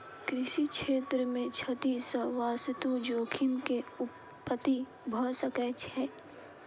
कृषि क्षेत्र मे क्षति सॅ वास्तु जोखिम के उत्पत्ति भ सकै छै